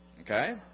Okay